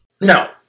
No